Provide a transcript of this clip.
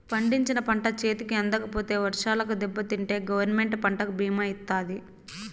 పండించిన పంట చేతికి అందకపోతే వర్షాలకు దెబ్బతింటే గవర్నమెంట్ పంటకు భీమా ఇత్తాది